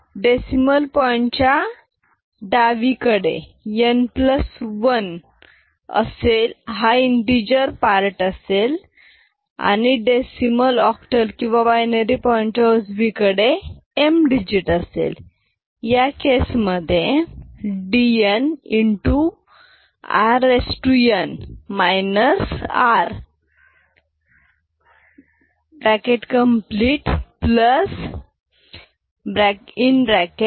decimal point च्या डावीकडे n1 हा असेल इंटीजर भाग असेल आणि डेसिमल ऑक्टल किंवा बायनरी पॉईंट च्या उजवीकडे m डिजिट असेल